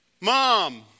Mom